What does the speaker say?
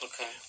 Okay